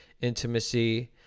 intimacy